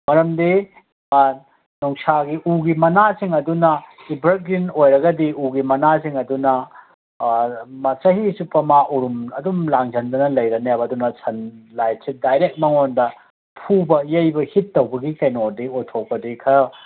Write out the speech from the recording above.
ꯃꯔꯝꯗꯤ ꯅꯨꯡꯁꯥꯒꯤ ꯎꯒꯤ ꯃꯅꯥꯁꯤꯡ ꯑꯗꯨꯅ ꯑꯦꯚꯔꯒ꯭ꯔꯤꯟ ꯑꯣꯏꯔꯒꯗꯤ ꯎꯒꯤ ꯃꯅꯥꯁꯤꯡ ꯑꯗꯨꯅ ꯆꯍꯤ ꯆꯨꯞꯄ ꯑꯃ ꯎꯔꯨꯝ ꯑꯗꯨꯝ ꯂꯥꯡꯖꯟꯗꯅ ꯂꯩꯔꯅꯦꯕ ꯑꯗꯨꯅ ꯁꯟ ꯂꯥꯏꯠꯁꯦ ꯗꯥꯏꯔꯦꯛ ꯃꯉꯣꯟꯗ ꯐꯨꯕ ꯌꯩꯕ ꯍꯤꯠ ꯇꯧꯕꯒꯤ ꯀꯩꯅꯣꯗꯤ ꯑꯣꯏꯊꯣꯛꯄꯗꯤ ꯈꯔ